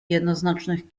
jednoznacznych